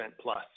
plus